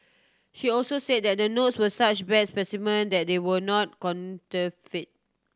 she also say that the notes were such bad specimen that they were not counterfeit